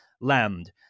land